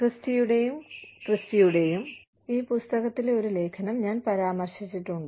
ക്രിസ്റ്റിയുടെയും ക്രിസ്റ്റിയുടെയും ഈ പുസ്തകത്തിലെ ഒരു ലേഖനം ഞാൻ പരാമർശിച്ചിട്ടുണ്ട്